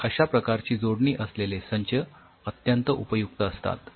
तर अश्या प्रकारची जोडणी असलेले संच अत्यंत उपयुक्त असतात